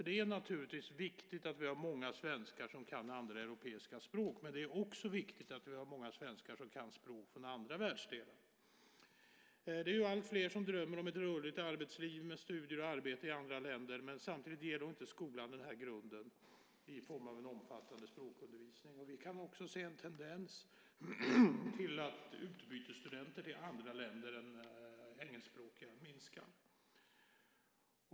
Det är naturligtvis viktigt att många svenskar kan andra europeiska språk, men det är också viktigt att många svenskar kan språk från andra världsdelar. Alltfler drömmer om ett rörligt arbetsliv med studier och arbete i andra länder. Samtidigt ger inte skolan en grund i form av en omfattande språkundervisning. Vi kan också se en tendens till att utbytesstudenter till andra länder än engelskspråkiga minskar.